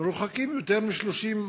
מרוחקים יותר מ-30,